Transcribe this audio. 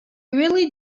really